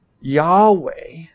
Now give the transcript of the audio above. Yahweh